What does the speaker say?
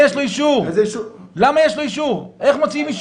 יש רכבות שמגיעות לדימונה ונוסעות עם בין שלושה ל-30 נוסעים.